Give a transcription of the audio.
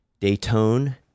Dayton